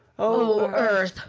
o earth,